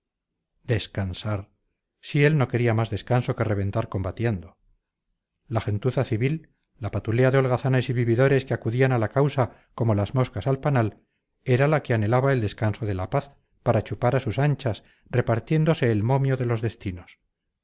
descansar si él no quería más descanso que reventar combatiendo la gentuza civil la patulea de holgazanes y vividores que acudían a la causa como las moscas al panal era la que anhelaba el descanso de la paz para chupar a sus anchas repartiéndose el momio de los destinos